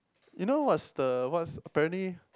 you know what's the what's apparently